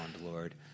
Lord